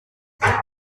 qu’est